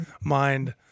mind